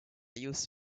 used